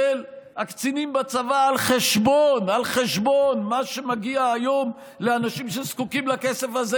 הקצינים בצבא על חשבון מה שמגיע היום לאנשים שזקוקים לכסף הזה,